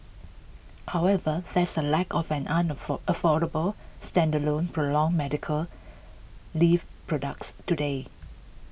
however there is A lack of an afford affordable standalone prolonged medical leave products today